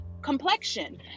complexion